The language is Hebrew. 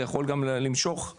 יכול גם למשוך את